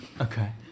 Okay